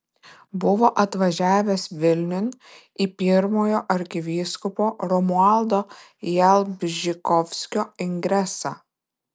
buvo atvažiavęs vilniun į pirmojo arkivyskupo romualdo jalbžykovskio ingresą